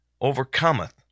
overcometh